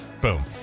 boom